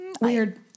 weird